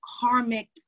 karmic